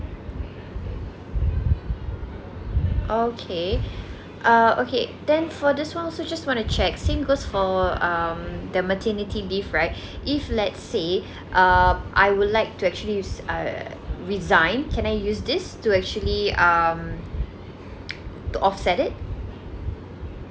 okay uh okay then for this one also just wanna check same goes for um the maternity leave right if let's say uh I would like to actually res~ err resign can I use this to actually um to offset it